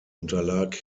unterlag